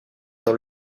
dans